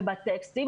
ובטקסטים,